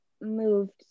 moved